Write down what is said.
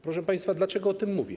Proszę państwa, dlaczego o tym mówię?